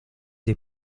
des